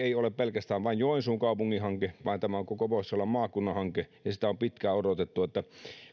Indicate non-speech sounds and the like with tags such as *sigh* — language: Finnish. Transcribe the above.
*unintelligible* ei ole pelkästään joensuun kaupungin hanke vaan tämä on koko pohjois karjalan maakunnan hanke ja ja sitä on pitkään odotettu